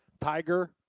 Tiger